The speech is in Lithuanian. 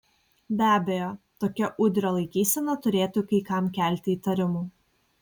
be abejo tokia udrio laikysena turėtų kai kam kelti įtarimų